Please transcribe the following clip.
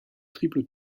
triple